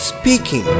speaking